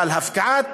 אבל הפקעת